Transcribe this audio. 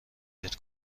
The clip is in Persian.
کمک